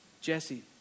Jesse